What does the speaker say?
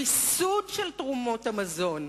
המיסוד של תרומות המזון,